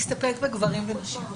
נסתפק בגברים ונשים.